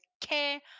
care